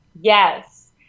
Yes